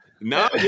No